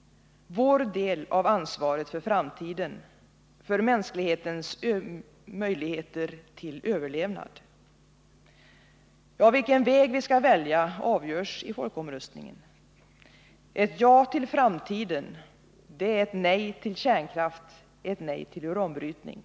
— vår del av ansvaret för framtiden, för mänsklighetens möjligheter till överlevnad? Ja, vilken väg vi skall välja avgörs i folkomröstningen. Ett ja till framtiden är ett nej till kärnkraft, ett nej till uranbrytning.